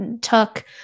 took